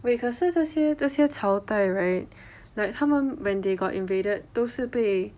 wait 可是这些这些朝代 right like 他们 when they got invaded 都是被